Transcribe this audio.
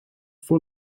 voel